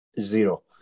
zero